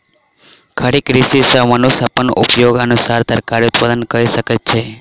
खड़ी कृषि सॅ मनुष्य अपन उपयोगक अनुसार तरकारी उत्पादन कय सकै छै